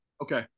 Okay